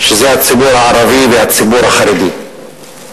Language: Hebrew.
הציבור הערבי והציבור החרדי.